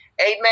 Amen